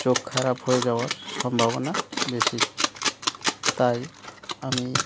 চোখ খারাপ হয়ে যাওয়ার সম্ভাবনা বেশি তাই আমি